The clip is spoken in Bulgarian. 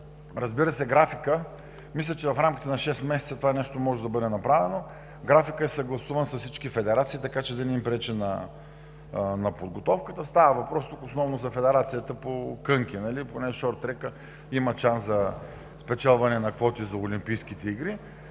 Разбира се, графикът – в рамките на 6 месеца това нещо може да бъде направено. Той е съгласуван с всички федерации, така че да не им пречи на подготовката. Тук става въпрос основно за Федерацията по кънки, понеже шорттрекът има шанс за спечелване квоти за Олимпийските игри.